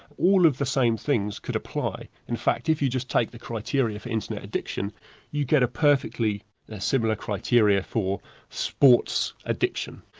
all of the same things could apply. in fact if if just take the criteria for internet addiction you get a perfectly similar criteria for sports addiction.